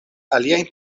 aliajn